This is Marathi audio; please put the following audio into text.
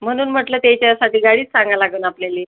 म्हणून म्हटलं त्याच्यासाठी गाडीच सांगायला लागल आपल्याले